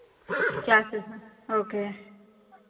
classes okay